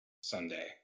Sunday